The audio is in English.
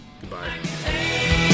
Goodbye